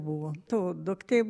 buvo to duktė